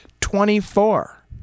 Twenty-four